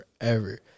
forever